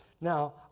Now